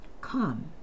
come